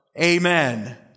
Amen